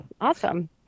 Awesome